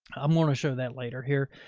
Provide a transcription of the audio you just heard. i'm wanting to show that later here.